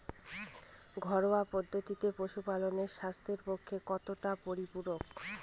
ঘরোয়া পদ্ধতিতে পশুপালন স্বাস্থ্যের পক্ষে কতটা পরিপূরক?